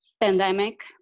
pandemic